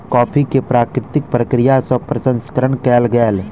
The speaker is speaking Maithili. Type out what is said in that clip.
कॉफ़ी के प्राकृतिक प्रक्रिया सँ प्रसंस्करण कयल गेल